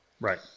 Right